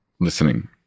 listening